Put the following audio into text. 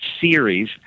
series